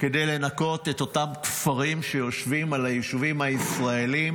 כדי לנקות את אותם כפרים שיושבים על היישובים הישראליים